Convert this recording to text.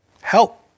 Help